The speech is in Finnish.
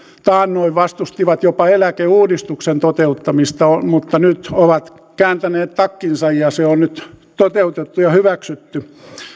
taannoin vastustivat jopa eläkeuudistuksen toteuttamista mutta nyt ovat kääntäneet takkinsa ja se on nyt toteutettu ja hyväksytty